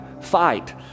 fight